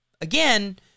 again